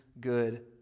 good